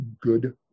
good